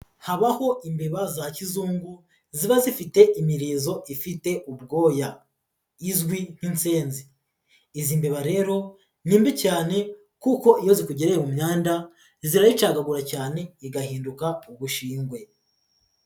Habaho imbeba za kizungu ziba zifite imirizo ifite ubwoya izwi nk'insenzi, izi mbeba rero ni mbi cyane kuko iyo zikugereye mu myenda, zirayicagagura cyane, igahinduka ubushingwe.